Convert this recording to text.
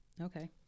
Okay